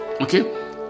okay